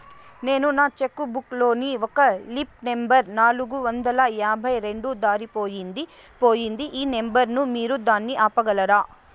నేను నా cheque book లోని ఒక లీఫ్ నెంబర్ నాలుగు వందల యాభై రెండు దారిపొయింది పోయింది ఈ నెంబర్ ను మీరు దాన్ని ఆపగలరా?